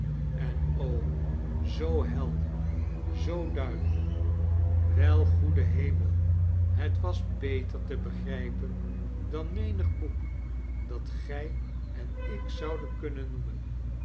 en o zoo helder zoo duidelijk wei goede hemel het was beter te begrijpen dan menig boek dat gij en ik zoudien kunnen noemen